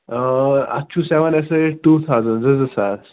آ اَتھ چھُ سیٚون اَسایڈَس ٹوٗ تھاوزَنٛڈ زٕ زٕ ساس